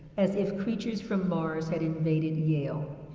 as if creatures from mars had invaded yale.